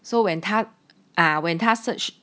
so when 他 when 他 search